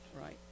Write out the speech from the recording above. Right